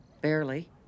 Barely